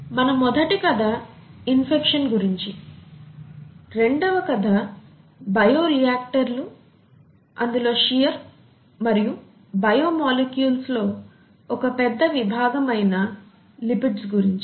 మన మొదటి కథ ఇన్ఫెక్షన్ గురించి రెండవ కథ బయో రియాక్టర్లు లో షియర్ మరియు బయో మోలిక్యూల్స్ లో ఒక పెద్ద విభాగం అయిన లిపిడ్స్ గురించి